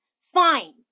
fine